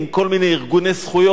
כל מיני ארגוני זכויות.